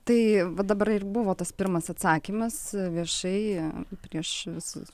tai va dabar ir buvo tas pirmas atsakymas viešai prieš visus